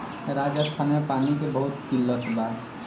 राजस्थान में पानी के बहुत किल्लत बा